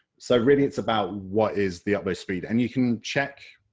so really it's about what is the upload speed, and you can check